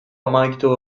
amaitu